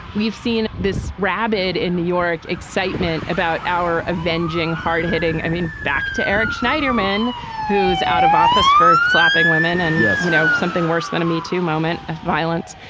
we've seen this rabid in new york excitement about our avenging hard hitting. i mean back to eric schneiderman who's out of office for slapping women and yes you know something worse than a me to moment ah violence.